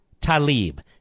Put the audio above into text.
Talib